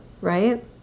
right